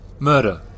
Murder